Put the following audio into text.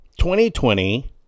2020